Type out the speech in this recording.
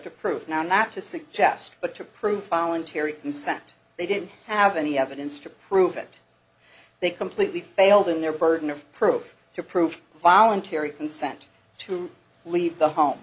to prove now not to suggest but to prove following terry consent they didn't have any evidence to prove it they completely failed in their burden of proof to prove voluntary consent to leave the home